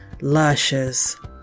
luscious